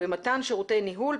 ומתן שירותי ניהול,